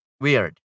Weird